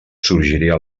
sorgiria